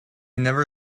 never